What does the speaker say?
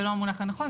זה לא המונח הנכון,